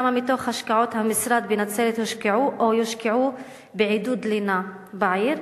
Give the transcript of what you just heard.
כמה מתוך השקעות המשרד בנצרת הושקעו או יושקעו בעידוד לינה בעיר?